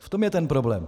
V tom je ten problém.